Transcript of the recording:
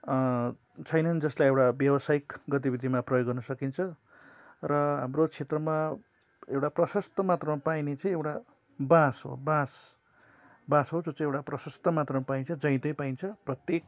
छैनन् जसलाई एउटा व्यवसायिक गतिविधिमा प्रयोग गर्न सकिन्छ र हाम्रो क्षेत्रमा एउटा प्रशस्त मात्रामा पाइने चाहिँ एउटा बाँस हो बाँस बाँस हो त्यो चाहिँ एउटा प्रशस्त मात्रामा पाइन्छ जहीँतहीँ पाइन्छ प्रत्येक